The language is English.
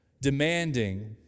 demanding